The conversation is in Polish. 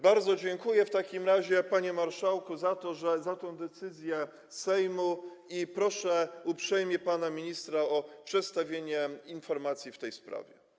Bardzo dziękuję w takim razie, panie marszałku, za to, za tę decyzję Sejmu, i proszę uprzejmie pana ministra o przedstawienie informacji w tej sprawie.